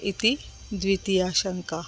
इति द्वितीया शङ्का